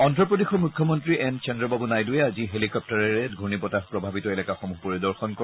অন্ধ্ৰপ্ৰদেশৰ মুখ্যমন্ত্ৰী এন চন্দ্ৰবাবু নাইডুৰে আজি হেলিকাপ্টাৰেৰে ঘূৰ্ণী বতাহ প্ৰভাৱিত এলেকাসমূহ পৰিদৰ্শন কৰে